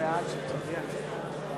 אני ודאי אודיע את זה גם